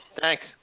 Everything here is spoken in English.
Thanks